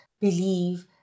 believe